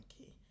Okay